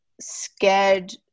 scared